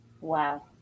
Wow